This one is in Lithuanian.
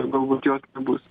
galbūt jos nebus